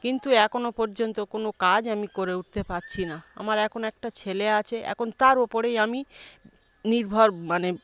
কিন্তু এখনও পর্যন্ত কোনো কাজ আমি করে উঠতে পারছি না আমার এখন একটা ছেলে আছে এখন তার ওপরেই আমি নির্ভর মানে